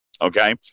Okay